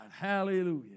hallelujah